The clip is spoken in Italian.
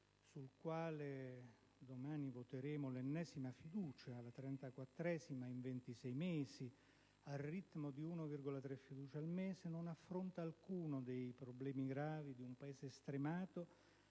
sulla quale domani voteremo l'ennesima fiducia (la 34a in 26 mesi, dunque una media di 1,3 fiducie al mese), non affronta alcuno dei problemi gravi di un Paese stremato,